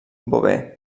beauvais